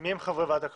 מי הם חברי ועדת הקלפי?